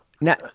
Now